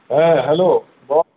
হ্যাঁ হ্যালো বল